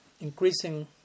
increasing